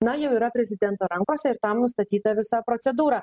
na jau yra prezidento rankose ir tam nustatyta visa procedūra